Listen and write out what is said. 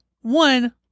one